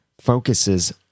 focuses